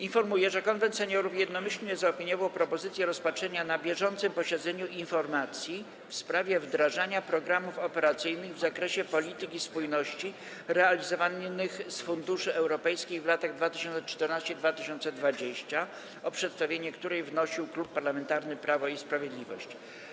Informuję, że Konwent Seniorów jednomyślnie zaopiniował propozycję rozpatrzenia na bieżącym posiedzeniu informacji w sprawie wdrażania programów operacyjnych w zakresie polityki spójności realizowanych z funduszy europejskich w latach 2014–2020, o przedstawienie której wnosił Klub Parlamentarny Prawo i Sprawiedliwość.